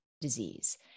disease